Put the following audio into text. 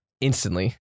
instantly